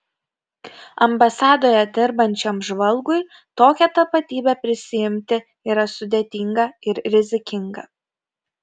ambasadoje dirbančiam žvalgui tokią tapatybę prisiimti yra sudėtinga ir rizikinga